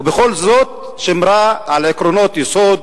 ובכל זאת היא שמרה על עקרונות יסוד,